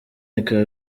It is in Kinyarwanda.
bikaba